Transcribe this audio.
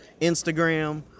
Instagram